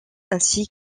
ainsi